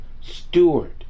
steward